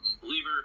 believer